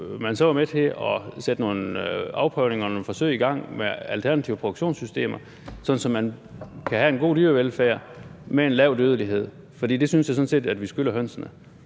man så være med til at sætte nogle afprøvninger og nogle forsøg i gang med alternative produktionssystemer, så man kan have en god dyrevelfærd med en lav dødelighed, for det synes jeg sådan set at vi skylder hønsene.